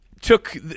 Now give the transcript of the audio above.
took